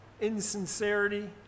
insincerity